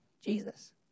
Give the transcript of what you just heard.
Jesus